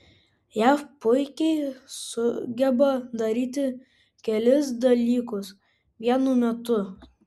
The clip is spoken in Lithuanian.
jav puikiai sugeba daryti kelis dalykus vienu metu